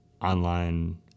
online